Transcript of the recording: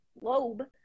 lobe